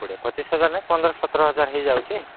କୋଡ଼ିଏ ପଚିଶ ହଜାର ନାଇଁ ପନ୍ଦର ସତର ହଜାର ହେଇଯାଉଛି